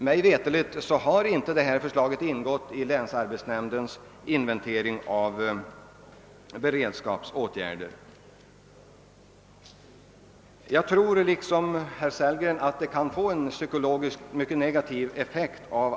Mig veterligt har inte det ingått i länsarbetsnämndens inventering av beredskapsåtgärder. Liksom herr Sellgren tror jag att ett nej i detta fall kan få en psykologiskt mycket negativ effekt.